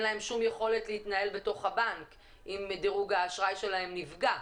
להם שום יכולת להתנהל בתוך הבנק אם דירוג האשראי שלהם נפגע.